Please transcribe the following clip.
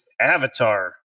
avatar